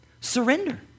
Surrender